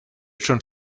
schon